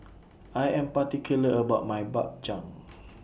I Am particular about My Bak Chang